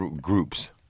groups